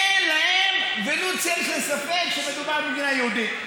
אין להם ולו צל של ספק שמדובר במדינה יהודית.